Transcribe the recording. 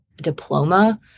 diploma